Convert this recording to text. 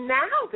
now